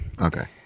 Okay